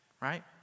right